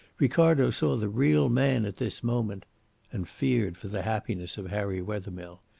ricardo saw the real man at this moment and feared for the happiness of harry wethermill.